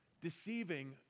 Deceiving